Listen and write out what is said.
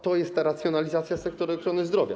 To jest racjonalizacja sektora ochrony zdrowia.